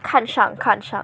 看上看上